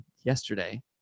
yesterday